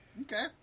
Okay